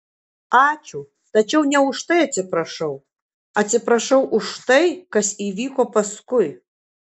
ačiū tačiau ne uitai atsiprašau atsiprašau už tai kas įvyko paskui